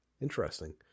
Interesting